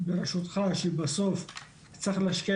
ברשותכם, אני רוצה לעבור